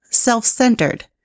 self-centered